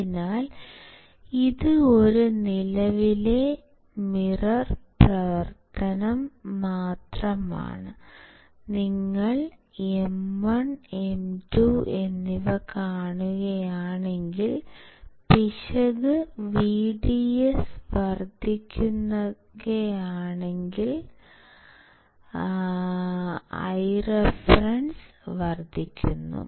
അതിനാൽ ഇത് ഒരു നിലവിലെ മിറർ പ്രവർത്തനം മാത്രമാണ് നിങ്ങൾ M1 M2 എന്നിവ കാണുകയാണെങ്കിൽ പിശക് VDS വർദ്ധിക്കുകയാണെങ്കിൽ Ireference വർദ്ധിക്കുന്നു